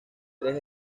tres